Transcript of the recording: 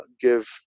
give